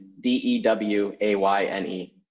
D-E-W-A-Y-N-E